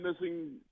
Missing